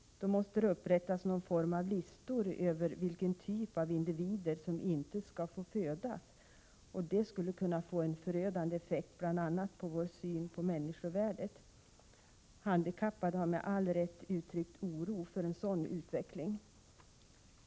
Då måste det upprättas någon form av listor över vilken typ av individer som inte skall få födas. Det skulle kunna få en förödande effekt, bl.a. på vår syn på människovärdet. Handikappade har med all rätt uttryckt oro för en sådan utveckling.